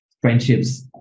friendships